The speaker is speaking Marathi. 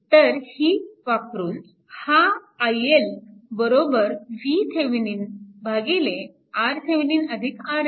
तर ही वापरून हा iL VThevenin RThevenin RL